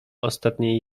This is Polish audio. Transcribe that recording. ostatniej